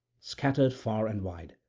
scattered far and wide.